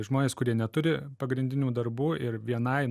žmones kurie neturi pagrindinių darbų ir vienai